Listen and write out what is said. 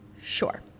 sure